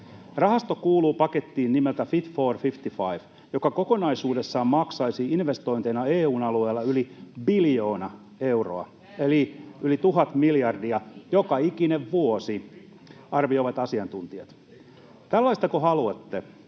Rahasto kuuluu pakettiin nimeltä Fit for 55, joka kokonaisuudessaan maksaisi investointeina EU:n alueella yli biljoona euroa — eli yli tuhat miljardia joka ikinen vuosi, arvioivat asiantuntijat. Tällaistako haluatte?